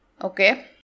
Okay